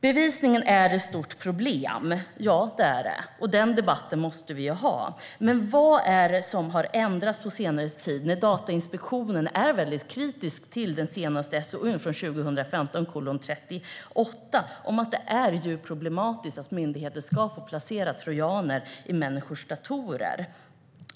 Bevisningen är ett stort problem. Ja, det är den, och den debatten måste vi ha. Men vad är det som har ändrats på senare tid? Datainspektionen är väldigt kritisk till SOU 2005:38. Det är problematiskt att myndigheter ska få placera trojaner i människors datorer.